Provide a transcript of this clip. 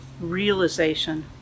realization